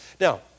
Now